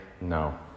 no